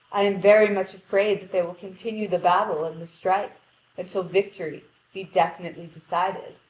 i am very much afraid that they will continue the battle and the strife until victory be definitely decided.